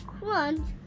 crunch